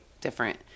different